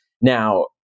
now